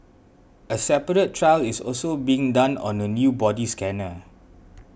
a separate trial is also being done on a new body scanner